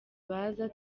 baza